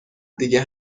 دیگه